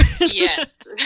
Yes